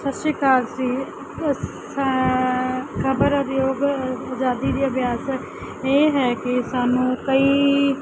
ਸਤਿ ਸ਼੍ਰੀ ਅਕਾਲ ਜੀ ਅਸ ਖ਼ਬਰ ਉਦਯੋਗ ਆਜ਼ਾਦੀ ਦੀ ਅਭਿਆਸ ਇਹ ਹੈ ਕਿ ਸਾਨੂੰ ਕਈ